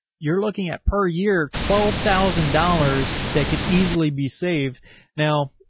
you're looking at per year, twelve thousand dollars that could easily be saved now.